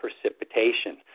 precipitation